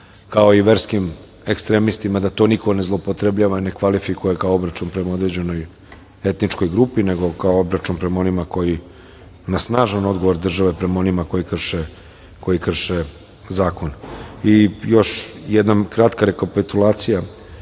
kao i verskim ekstremistima, da to niko ne zloupotrebljava, ne kvalifikuje kao obračun prema određenoj etničkoj grupi, nego kao obračun prema onima koji na snažan odgovor države prema onima koji krše zakon. Još jedna kratka rekapitulacija,